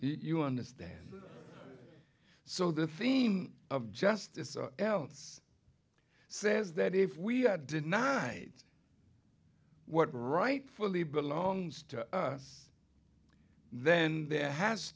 god you understand so the theme of justice or else says that if we had denied what rightfully belongs to us then there has